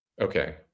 Okay